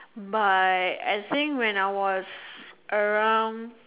but I think when I was around